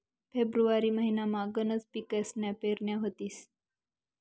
February महिनामा गनच पिकसन्या पेरण्या व्हतीस